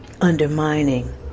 undermining